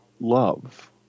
love